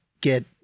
get